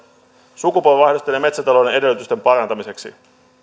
sukupolvenvaihdosten ja metsätalouden edellytysten parantamiseksi